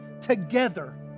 together